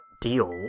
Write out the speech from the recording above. deal